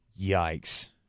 Yikes